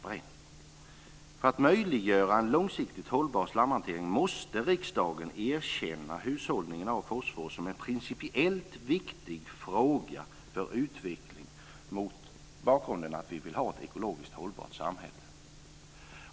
För att möjliggöra en långsiktigt hållbar slamhanteringen måste riksdagen erkänna hushållningen av fosfor som en principiellt viktig fråga för utvecklingen mot bakgrund av att vi vill ha ett ekologiskt hållbart samhälle.